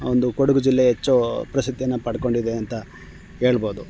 ಒಂದು ಕೊಡಗು ಜಿಲ್ಲೆ ಹೆಚ್ಚು ಪ್ರಸಿದ್ಧಿಯನ್ನು ಪಡ್ಕೊಂಡಿದೆ ಅಂತ ಹೇಳ್ಬೋದು